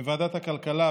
בוועדת הכלכלה,